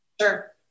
sure